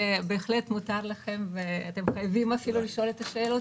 בהחלט מותר לכם ואתם חייבים אפילו לשאול את השאלות,